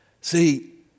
See